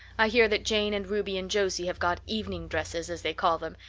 i hear that jane and ruby and josie have got evening dresses as they call them,